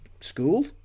school